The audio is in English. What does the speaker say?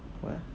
what eh